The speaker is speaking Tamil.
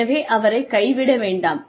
எனவே அவரை கைவிட வேண்டாம்